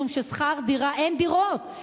משום שאין דירות,